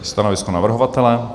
Stanovisko navrhovatele?